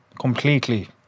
Completely